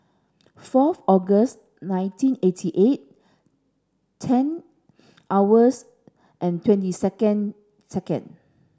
fourth August nineteen eighty eight ten hours and twenty second second